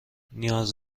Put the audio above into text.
نیاز